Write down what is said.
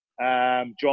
John